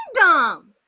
kingdom